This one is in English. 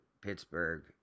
Pittsburgh